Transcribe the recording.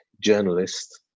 journalist